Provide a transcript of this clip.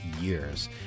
years